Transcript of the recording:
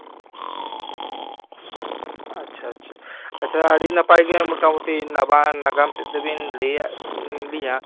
ᱟᱪᱪᱷᱟ ᱟᱪᱪᱷᱟ ᱟᱪᱪᱷᱟ ᱟᱹᱰᱤ ᱱᱟᱯᱟᱭ ᱜᱮ ᱢᱚᱴᱟᱢᱩᱴᱤ ᱱᱚᱣᱟ ᱱᱟᱜᱟᱢ ᱛᱮᱫ ᱫᱚᱵᱤᱱ ᱞᱟᱹᱭᱟᱫ ᱞᱤᱧᱟᱹ